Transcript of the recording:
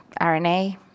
RNA